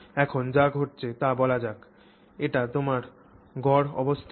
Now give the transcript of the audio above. এখন যা ঘটছে তা বলা যাক এটি তোমার গড় অবস্থান